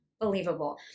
believable